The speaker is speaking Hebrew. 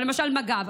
אבל למשל מג"ב,